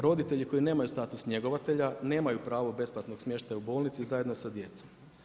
Roditelji koji nemaju status njegovatelja, nemaju pravo besplatnog smještaja u bolnici zajedno sa djecom.